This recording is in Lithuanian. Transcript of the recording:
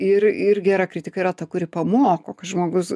ir ir gera kritika yra ta kuri pamoko kad žmogus